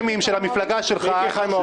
מיקי חיימוביץ,